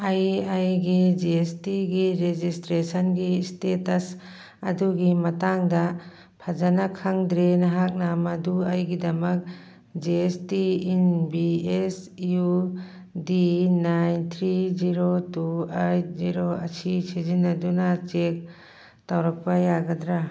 ꯑꯩ ꯑꯩꯒꯤ G S ꯇꯤꯒꯤ ꯔꯦꯖꯤꯁꯇ꯭ꯔꯦꯁꯟꯒꯤ ꯏꯁꯇꯦꯇꯁ ꯑꯗꯨꯒꯤ ꯃꯇꯥꯡꯗ ꯐꯖꯅ ꯈꯪꯗ꯭ꯔꯦ ꯅꯍꯥꯛꯅ ꯃꯗꯨ ꯑꯩꯒꯤꯗꯃꯛ G S T in B S U D nine three zero two eight zero ꯑꯁꯤ ꯁꯤꯖꯤꯟꯅꯗꯨꯅ ꯆꯦꯛ ꯇꯧꯔꯛꯄ ꯌꯥꯒꯗ꯭ꯔꯥ